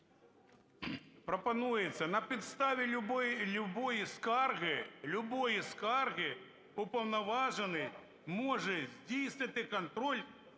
Пропонується на підставі любої скарги, любої скарги, уповноважений може здійснити контроль